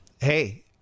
Hey